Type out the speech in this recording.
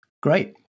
Great